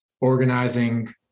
organizing